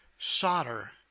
solder